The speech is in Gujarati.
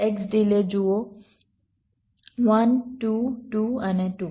x ડિલે જુઓ 1 2 2 અને 2